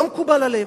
לא מקובל עליהם.